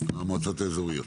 המועצות האזוריות.